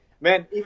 man